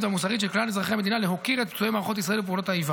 והמוסרית של כלל אזרחי המדינה להוקיר את מערכות ישראל ופעולות האיבה,